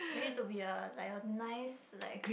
we need to be a like a nice like